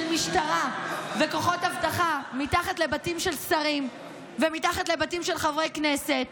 של משטרה וכוחות אבטחה מתחת לבתים של שרים ומתחת לבתים של חברי כנסת